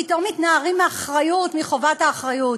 פתאום מתנערים מחובת האחריות.